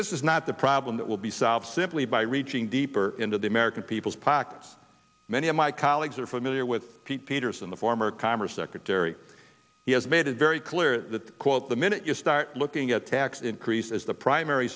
this is not the problem that will be solved simply by reaching deeper into the american people's pockets many of my colleagues are familiar with pete peterson the former commerce secretary he has made it very clear that quote the minute you start looking at tax increase as the primary